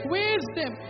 wisdom